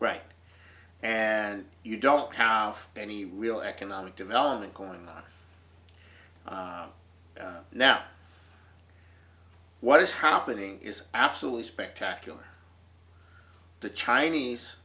right and you don't have any real economic development going on now what is happening is absolutely spectacular the chinese